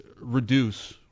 reduce